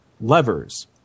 levers